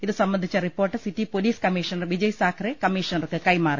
ഇത് സംബന്ധിച്ച report city police commissioner Vijay Sakhare കമ്മീഷണർക്ക് കൈമാറി